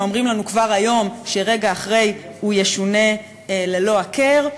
שאומרים לנו כבר היום שרגע אחרי הוא כבר ישונה ללא הכר.